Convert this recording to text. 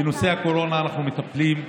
בנושא הקורונה אנחנו מטפלים.